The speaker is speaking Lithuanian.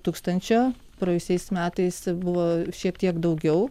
tūkstančio praėjusiais metais buvo šiek tiek daugiau